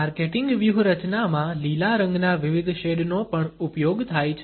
marketing વ્યૂહરચનામાં લીલા રંગના વિવિધ શેડનો પણ ઉપયોગ થાય છે